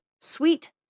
sweet